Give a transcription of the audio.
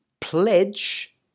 pledge